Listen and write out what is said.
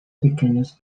pequeños